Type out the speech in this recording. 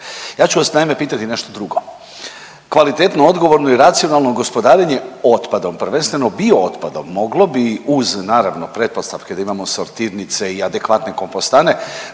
Ja ću vas naime pitati nešto drugo. Kvalitetno, odgovorno i racionalno gospodarenje otpadom, prvenstveno biootpadom moglo bi uz naravno pretpostavke da imamo sortirnice i adekvatne kompostane